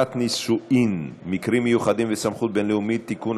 נישואין (מקרים מיוחדים וסמכות בין-לאומית) (תיקון,